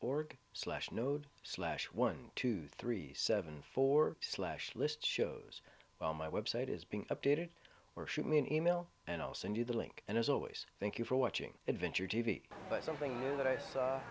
org slash node slash one two three seven four slash list shows well my website is being updated or shoot me an email and i'll send you the link and as always thank you for watching adventure t v but something that i saw